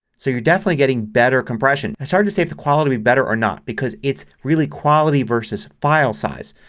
so you're definitely getting better compression. it's hard to say if the quality would be better or not because it's really quality versus file size.